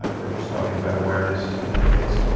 ah they're just talking about awareness in that case.